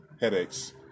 headaches